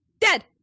Dead